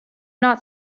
not